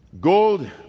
Gold